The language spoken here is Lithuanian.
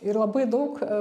ir labai daug